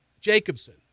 Jacobson